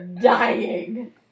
Dying